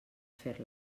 fer